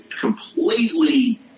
completely